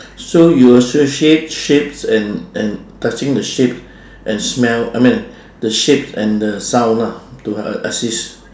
so you associate shapes and and touching the shapes and smell I mean the shapes and the sound lah to assist